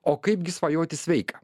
o kaipgi svajoti sveika